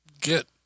get